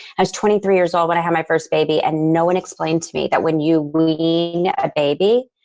i was twenty three years old when i had my first baby, and no one explained to me that when you wean a baby,